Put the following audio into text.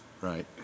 Right